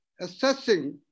assessing